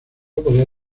podía